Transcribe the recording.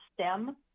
STEM